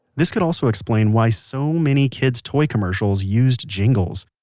this could also explain why so many kids toy commercials used jingles.